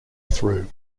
through